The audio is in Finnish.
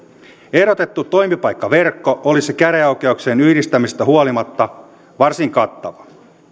ehdotettu toimipaikkaverkko olisi käräjäoikeuksien yhdistämisestä huolimatta varsin kattava